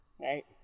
Right